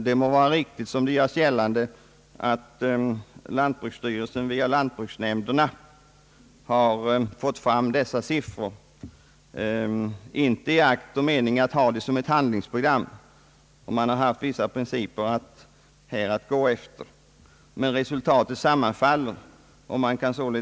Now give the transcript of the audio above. Det må vara riktigt som det gjorts gällande att lantbruksstyrelsen har fått fram dessa siffror via lantbruksnämnderna inte i akt och mening att använda dem som ett handlingsprogram och att undersökningen har skett efter vissa s.k. lönsamhetsprinciper.